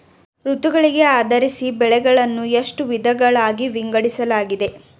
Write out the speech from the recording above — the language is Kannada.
ಋತುಗಳಿಗೆ ಆಧರಿಸಿ ಬೆಳೆಗಳನ್ನು ಎಷ್ಟು ವಿಧಗಳಾಗಿ ವಿಂಗಡಿಸಲಾಗಿದೆ?